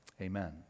Amen